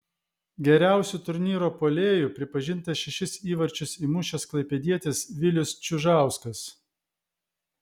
geriausiu turnyro puolėju pripažintas šešis įvarčius įmušęs klaipėdietis vilius čiužauskas